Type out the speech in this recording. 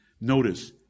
Notice